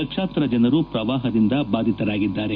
ಲಕ್ಷಾಂತರ ಜನರು ಪ್ರವಾಹದಿಂದ ಬಾಧಿತರಾಗಿದ್ದಾರೆ